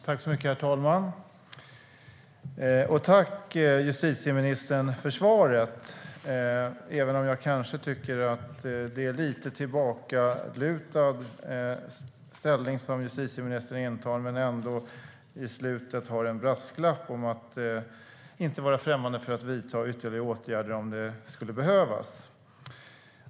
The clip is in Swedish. Herr talman! Tack, justitieministern, för svaret! Jag tycker kanske att det är en lite tillbakalutad ställning som justitieministern intar, men i slutet har han ändå en brasklapp om att han inte är främmande för att vidta ytterligare åtgärder om det skulle behövas.